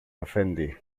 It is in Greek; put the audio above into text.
αφέντη